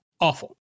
Awful